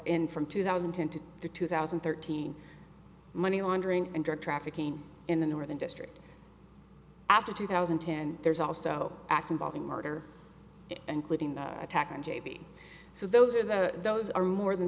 in from two thousand and ten to the two thousand and thirteen money laundering and drug trafficking in the northern district after two thousand and ten there's also acts involving murder including the attack on j p so those are the those are more than